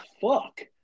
fuck